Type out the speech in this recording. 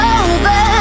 over